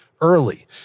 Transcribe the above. early